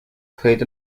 played